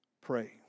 pray